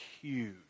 huge